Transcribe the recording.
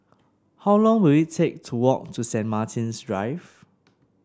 how long will it take to walk to Saint Martin's Drive